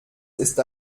ist